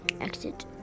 exit